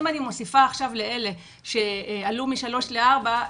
אם אני מוסיפה לאלה שעלו מ-3 ל-4,